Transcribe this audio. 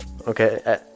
Okay